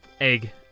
Egg